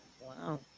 Wow